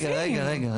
רגע, רגע, רגע.